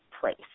place